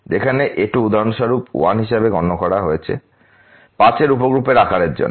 যেখানে A2 উদাহরণস্বরূপ 1 হিসাবে গণ্য করা হয়েছে 5 এর উপ গ্রুপের আকারের জন্য